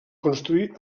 construir